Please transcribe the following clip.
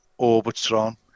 Orbitron